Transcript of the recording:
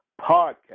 Podcast